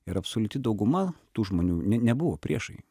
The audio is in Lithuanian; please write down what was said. ir absoliuti dauguma tų žmonių ne nebuvo priešai